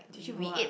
tissue for what